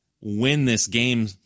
win-this-game